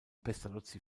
pestalozzi